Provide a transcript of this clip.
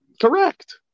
Correct